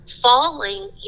falling